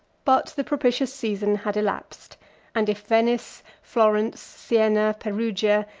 but the propitious season had elapsed and if venice, florence, sienna, perugia,